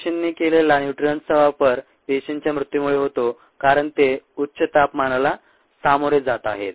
पेशींनी केलेला न्युट्रिअंट्स्चा वापर पेशींच्या मृत्यूमुळे होतो कारण ते उच्च तापमानाला सामोरे जात आहेत